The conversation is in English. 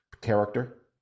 character